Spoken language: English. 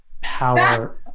power